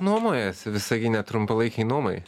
nuomojasi visagine trumpalaikei nuomai